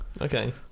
Okay